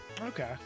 Okay